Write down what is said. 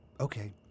Okay